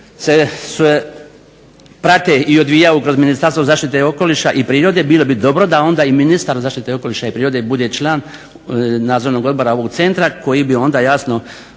se prate i odvijaju kroz Ministarstvo zaštite okoliša i prirode bilo bi dobro da onda i ministar zaštite okoliša i prirode bude član Nadzornog odbora ovog centra koji bi onda jasno